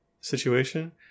situation